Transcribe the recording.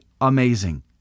amazing